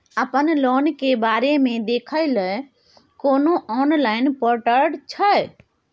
अपन लोन के बारे मे देखै लय कोनो ऑनलाइन र्पोटल छै?